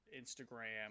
Instagram